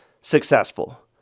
successful